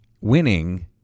winning